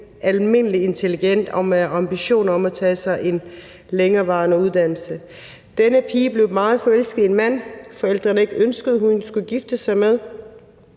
almindelig intelligent og med ambitioner om at tage sig en længere videregående uddannelse. Denne pige blev meget forelsket i en mand, som forældrene ikke ønskede hun skulle gifte sig med,